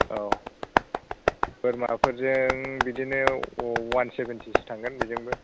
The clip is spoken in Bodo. औ बोरमाफोरजों बिदिनो वान सेभेन्टिसो थांगोन बेजोंबो